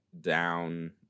down